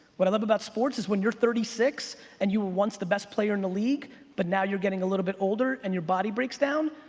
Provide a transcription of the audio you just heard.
what i love about sports is when you're thirty six and you were once the best player in the league but now you're getting a little bit older and your body breaks down,